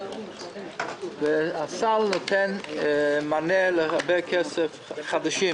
הסל נותן מענה, חדשים,